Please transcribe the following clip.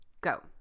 Go